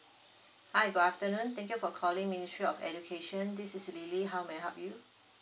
hi good afternoon thank you for calling ministry of education this is lily how may I help you